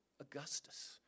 Augustus